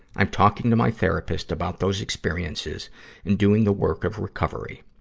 i'm talking to my therapist about those experiences and doing the work of recovery.